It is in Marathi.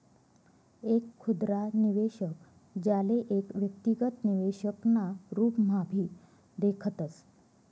एक खुदरा निवेशक, ज्याले एक व्यक्तिगत निवेशक ना रूपम्हाभी देखतस